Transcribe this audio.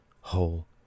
whole